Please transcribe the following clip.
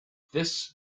this